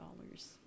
dollars